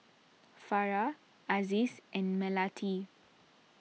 Farah Aziz and Melati